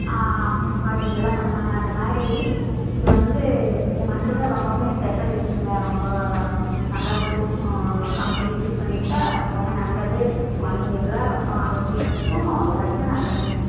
அம்மா பாட்டிங்கள்லாம் பண்ணுவாங்க அந்த மாதிரி இது வந்து இந்த மஞ்சளில் ரொம்பவுமே ஸ்பெசல் இருக்குங்க ரொம்ப நல்லாருக்கும் சமையலில் யூஸ் பண்ணிக்கிட்டா ரொம்பவுமே நல்லது குலந்தைங்களுக்குலாம் ரொம்ப ஆரோக்கியமாக இருக்கும் எல்லாருக்குமே நல்லதுங்க